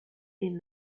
been